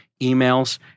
emails